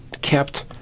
kept